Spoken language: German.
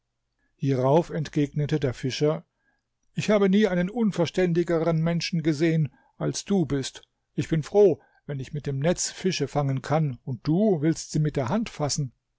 hierauf entgegnete der fischer ich habe nie einen unverständigeren menschen gesehen als du bist ich bin froh wenn ich mit dem netz fische fangen kann und du willst sie mit der hand fassen